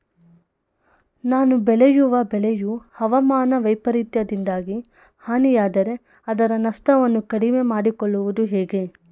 ನಾನು ಬೆಳೆಯುವ ಬೆಳೆಯು ಹವಾಮಾನ ವೈಫರಿತ್ಯದಿಂದಾಗಿ ಹಾನಿಯಾದರೆ ಅದರ ನಷ್ಟವನ್ನು ಕಡಿಮೆ ಮಾಡಿಕೊಳ್ಳುವುದು ಹೇಗೆ?